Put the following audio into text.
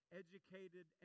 educated